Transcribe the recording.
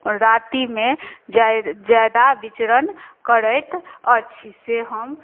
रातिमे जादा विरचरण करैत अछि से हम